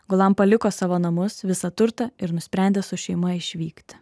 gulam paliko savo namus visą turtą ir nusprendė su šeima išvykti